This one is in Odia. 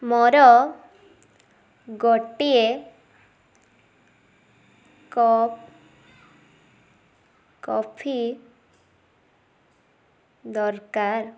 ମୋର ଗୋଟିଏ କପ୍ କଫି ଦରକାର